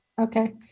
Okay